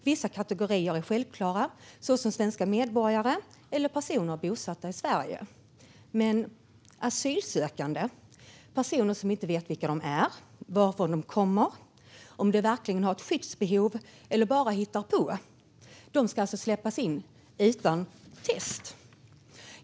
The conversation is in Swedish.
Vissa är självklara, såsom svenska medborgare och personer som är bosatta i Sverige. Men asylsökande - personer som vi inte vet vilka de är, varifrån de kommer och om de verkligen har ett skyddsbehov eller bara hittar på - ska släppas in utan att ta test.